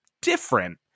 different